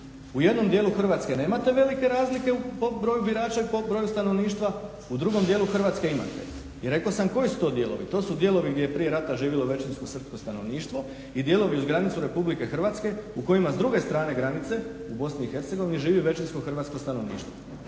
U jednom dijelu Hrvatske nemate velike razlike u broju birača i po broju stanovništva, u drugom dijelu Hrvatske imate. I rekao sam koji su to dijelovi, to su dijelovi gdje je prije rata živjelo većinsko Srpsko stanovništvo, i dijelovi uz granicu Republike Hrvatske u kojima s druge strane granice u Bosni i Hercegovini živi većinsko Hrvatsko stanovništvo.